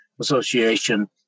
Association